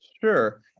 Sure